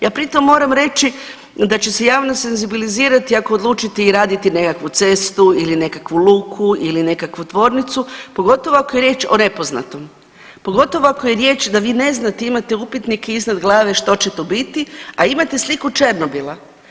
Ja pri tome moram reći da će se javnost senzibilizirati ako odlučite i radite nekakvu cestu ili nekakvu luku, ili nekakvu tvornicu pogotovo ako je riječ o nepoznatom, pogotovo ako je riječ da vi ne znate imate upitnik iznad glave što će to biti, a imate sliku Černobila.